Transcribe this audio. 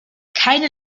keine